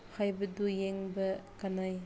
ꯍꯥꯏꯕꯗꯨ ꯌꯦꯡꯕ ꯀꯥꯟꯅꯩ